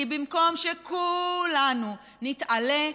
כי במקום שכולנו נתעלה,